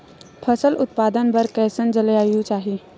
फसल उत्पादन बर कैसन जलवायु चाही?